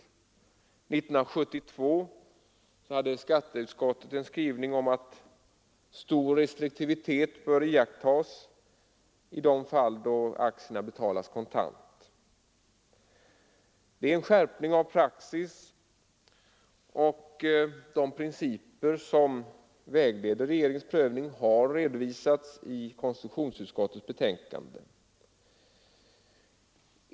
1972 hade skatteutskottet en skrivning om att stor restriktivitet bör iakttas i de fall där aktierna betalas kontant. Det har skett en skärpning av praxis, och de principer som vägleder regeringens prövning har redovisats i konstitutionsutskottets betänkande.